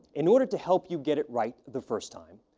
in order to help you get it right the first time,